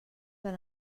han